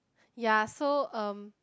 ya so um